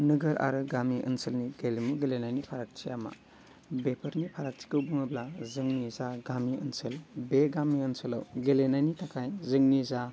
नोगोर आरो गामि ओनसोलनि गेलेमु गेलेनायनि फारागथिया मा बेफोरनि फारागथिखौ बुङोब्ला जोंनि जा गामि ओनसोल बे गामि ओनसोलाव गेलेनायनि थाखाय जोंनि जा